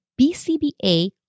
BCBA